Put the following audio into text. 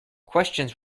questions